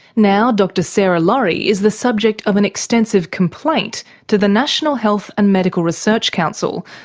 now dr sarah laurie is the subject of an extensive complaint to the national health and medical research council,